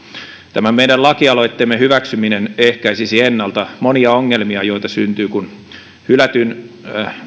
tämä meidän lakialoitteemme hyväksyminen ehkäisisi ennalta monia ongelmia joita syntyy kun hylätyn